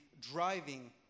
driving